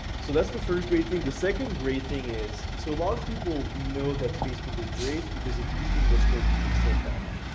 so that's the first great thing. the second great thing is so a lot of people know that facebook is great because it uses what's called pixel data.